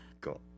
Cool